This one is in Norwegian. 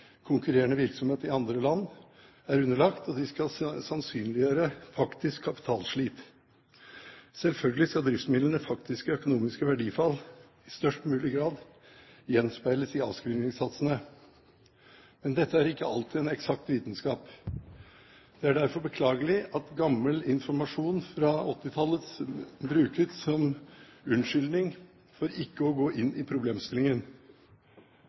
konkurrerende virksomhet i andre land er underlagt, og de skal sannsynliggjøre faktisk kapitalslit. Selvfølgelig skal driftsmidlenes faktiske økonomiske verdifall i størst mulig grad gjenspeiles i avskrivningssatsene, men dette er ikke alltid en eksakt vitenskap. Det er derfor beklagelig at gammel informasjon fra 1980-tallet brukes som unnskyldning for ikke å gå inn i problemstillingen.